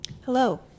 Hello